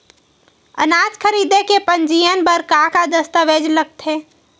अनाज खरीदे के पंजीयन बर का का दस्तावेज लगथे?